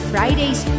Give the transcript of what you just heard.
Fridays